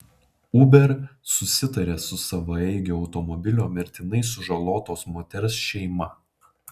uber susitarė su savaeigio automobilio mirtinai sužalotos moters šeima